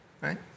right